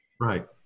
Right